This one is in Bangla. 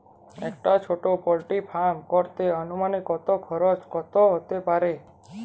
একটা ছোটো পোল্ট্রি ফার্ম করতে আনুমানিক কত খরচ কত হতে পারে?